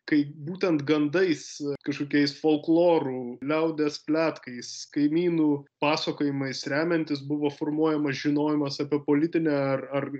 kai būtent gandais kažkokiais folkloru liaudies pletkais kaimynų pasakojimais remiantis buvo formuojamas žinojimas apie politinę ar ar